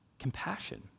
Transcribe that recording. compassion